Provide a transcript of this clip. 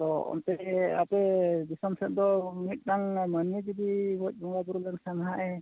ᱛᱚ ᱚᱱᱛᱮ ᱟᱯᱮ ᱫᱤᱥᱚᱢ ᱥᱮᱫ ᱢᱤᱫᱴᱟᱝ ᱢᱟᱹᱱᱢᱤ ᱡᱩᱫᱤ ᱜᱚᱡ ᱵᱚᱸᱜᱟ ᱵᱳᱨᱳ ᱞᱮᱱᱠᱷᱟᱱ ᱦᱟᱜᱼᱮ